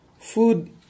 Food